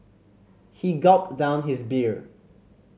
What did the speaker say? he gulped down his beer